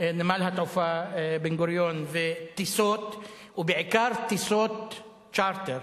נמל התעופה בן-גוריון וטיסות, ובעיקר טיסות צ'רטר,